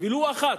ולו אחת,